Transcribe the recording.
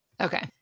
Okay